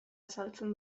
azaltzen